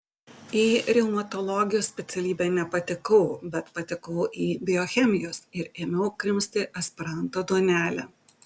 į reumatologijos specialybę nepatekau bet patekau į biochemijos ir ėmiau krimsti aspiranto duonelę